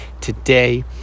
today